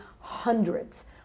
hundreds